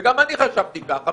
וגם אני חשבתי ככה,